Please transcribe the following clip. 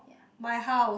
my house